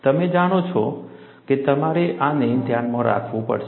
તમે જાણો છો કે તમારે આને ધ્યાનમાં રાખવું પડશે